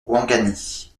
ouangani